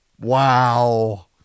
wow